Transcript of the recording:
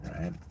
right